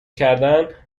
کردن